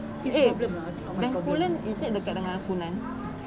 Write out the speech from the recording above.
eh bencoolen is it dekat dengan funan